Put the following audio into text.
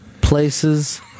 Places